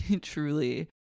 Truly